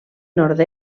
nord